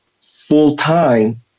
full-time